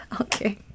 Okay